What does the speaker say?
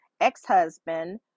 ex-husband